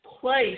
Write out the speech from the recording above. place